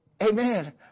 amen